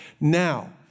Now